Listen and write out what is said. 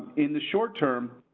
in the short term,